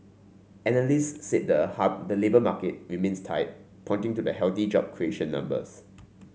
analysts said the labour market remains tight pointing to the healthy job creation numbers